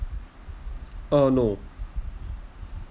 uh no